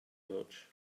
much